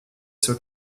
zur